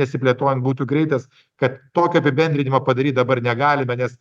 nesiplėtojant būtų greitas kad tokio apibendrinimo padaryt dabar negalime nes